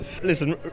Listen